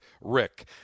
Rick